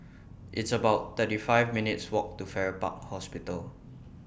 It's about thirty five minutes' Walk to Farrer Park Hospital